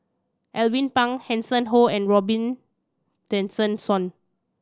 Alvin Pang Hanson Ho and Robin Tessensohn